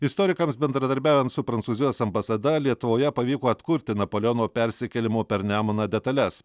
istorikams bendradarbiaujant su prancūzijos ambasada lietuvoje pavyko atkurti napoleono persikėlimo per nemuną detales